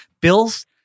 Bills